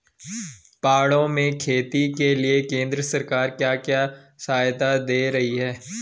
पहाड़ों में खेती के लिए केंद्र सरकार क्या क्या सहायता दें रही है?